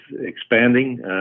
expanding